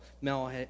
Mel